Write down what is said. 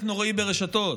ושיח נוראי ברשתות,